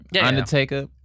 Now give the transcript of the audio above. Undertaker